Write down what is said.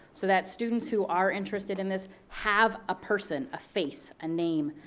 so that students who are interested in this have a person, a face, a name,